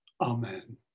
Amen